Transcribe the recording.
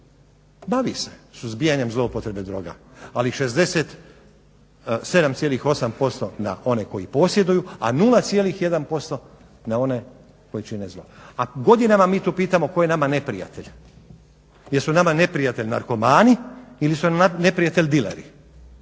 bavi se suzbijanjem zloupotrebe droga ali 67,8% na one koje posjeduju, a 0,1% na one koji čine zlo. A godinama mi tu pitamo tko je nama neprijatelj. Jesu li nama neprijatelji narkomani ili su nam neprijatelji dileri.